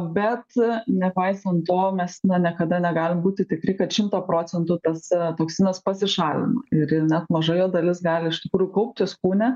bet nepaisant to mes na niekada negalim būti tikri kad šimtą procentu tas toksinas pasišalino ir ir net maža jo dalis gali iš tikrųjų kauptis kūne